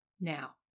Now